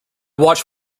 watch